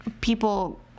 people